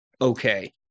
okay